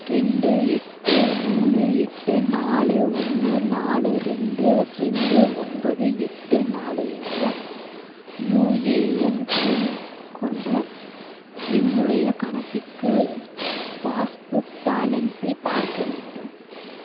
ரெண்டு எட்டு மூணு எட்டு நாலு ஒன்று நாலு ரெண்டு ரெண்டு ஒன்பது எட்டு நாலு என்ற யுஏஎன் எண் கொண்ட என்னுடைய கணக்கிற்கு பாஸ்புக் பேலன்ஸை பார்க்க வேண்டும்